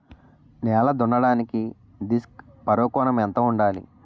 నేల దున్నడానికి disc furrow కోణం ఎంత ఉండాలి?